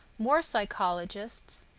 more psychologists,